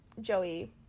Joey